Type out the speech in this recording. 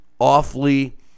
awfully